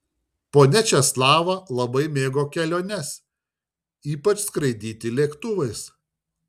ponia česlava labai mėgo keliones ypač skraidyti lėktuvais